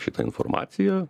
šita informacija